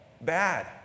bad